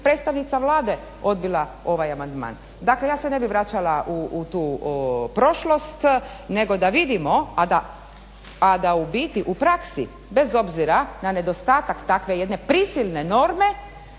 predstavnica Vlade odbila ovaj amandman. Dakle ja se ne bih vraćala u tu prošlost nego da vidimo, a da u biti u praksi bez obzira na nedostatak takve jedne prisilne norme